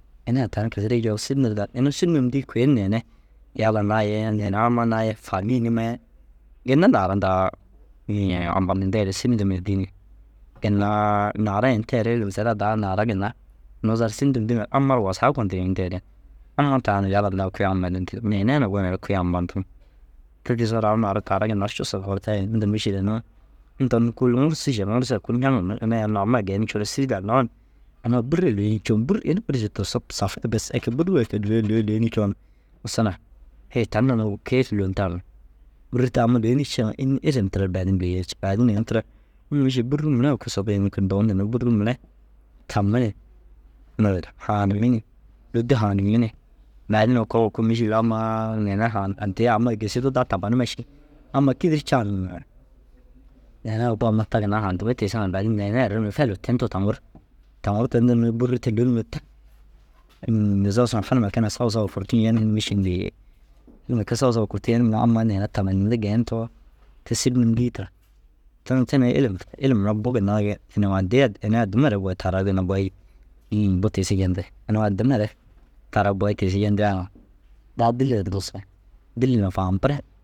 Ini ai tani kisirii joo sîri nir danni. Inuu sîn num dîi kui neene yala naa ye in ina amma naa ye famîi numa ye ginna naara daa inii ampanindeere sîri ndum na dîi ni ginnaa naarai teere ilim teraa daa naara ginna nuu zal sîri ndum dîŋa amma ru wasaa gontum yenteere amma ndaa na yala huntaa na kui ampadintig. Neene na goneere kui ampantiŋ. Te tiisoore au naara taara ginna ru cussuu labar tayire. Inda mîšil inuu inta unnu kôoli ŋunusu še ŋunusu ai kôoli ñaŋimmi. Ini ai unnu ammai geenii coore sîri dannoo na, amma bûrru ai lôyinii coon bûrru ini kuri coon usso na hêi tan na wo kii lôntaar nu. Bûrru te ammai lôyinii ciŋa înni? Ilim tira ru baadin lôyinii cii. Baadin ini tira unnu mîšil bûruu mire oko sop ini kuri dowu ntenni. Bûrruu mire tammire naazire haanimmi ni lôdi haanimmi ni baadin oko koo mîšil ammaa neere haan addiya ammai gisii dudaa tabanime ši. Amma kîdiri caanintu ŋa ru neere au bu amma ta ginna ru haantimme tiisiŋa ru baadin neere erim ni feluu tentu taŋur. Taŋuru tentu nimi ni bûrru te lonumi ni tak. Inii nizoo mîšil li inda kii soso kurtum yenim ni amma neere tabañintu geentoo te sîri num dîi tira. Ten te na ilim tira ilim mire buu ginna inuu addii ye ini addimare boyi taara ginna boyi inii bu tiisi jente. Inuu addima re taara boyi tiisu jentigaa ŋa daa dîlli ru duse dîlli na faampire.